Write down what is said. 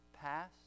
pass